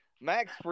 Max